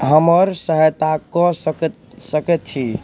हमर सहायता कऽ सकैत सकै छी